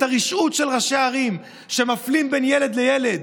את הרשעות של ראשי ערים שמפלים בין ילד לילד.